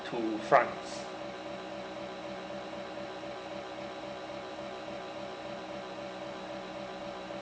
to france